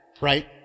right